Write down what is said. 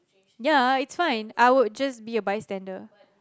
ya it's fine I would just be a bystander